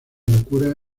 locura